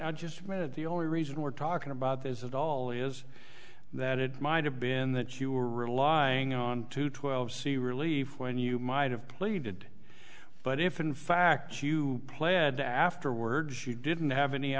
i just met the only reason we're talking about this at all is that it might have been that you were relying on to twelve c relieved when you might have pleaded but if in fact you pled to afterward she didn't have any